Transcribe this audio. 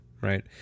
Right